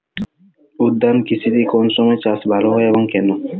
উদ্যান কৃষিতে কোন সময় চাষ ভালো হয় এবং কেনো?